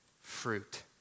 fruit